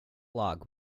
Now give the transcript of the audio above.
log